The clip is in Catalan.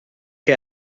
que